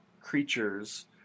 creatures